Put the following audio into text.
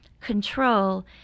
control